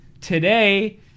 Today